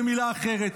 במילה אחרת,